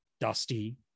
Dusty